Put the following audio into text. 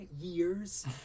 years